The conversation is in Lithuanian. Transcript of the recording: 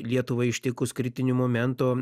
lietuvą ištikus kritiniu momentu